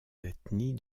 ethnies